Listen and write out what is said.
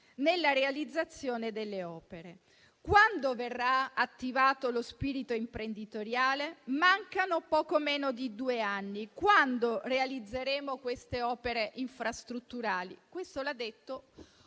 nella realizzazione delle opere. Quando verrà attivato lo spirito imprenditoriale? Mancano poco meno di due anni. Quando realizzeremo queste opere infrastrutturali? Questo l'ha detto